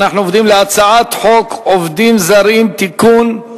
אנחנו עוברים להצעת חוק עובדים זרים (תיקון).